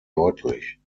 deutlich